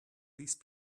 these